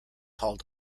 called